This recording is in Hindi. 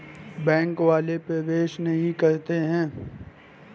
बैंक वाले प्रवेश नहीं करते हैं?